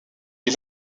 est